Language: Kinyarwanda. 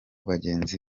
bagenzi